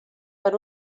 per